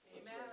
Amen